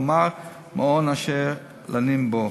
כלומר מעון אשר לנים בו.